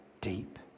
deep